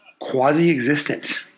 quasi-existent